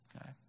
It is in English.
Okay